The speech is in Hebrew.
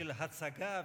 של הצגה,